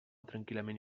tranquil·lament